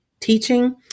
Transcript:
teaching